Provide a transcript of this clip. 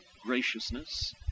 graciousness